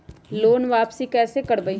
Loan वापसी कैसे करबी?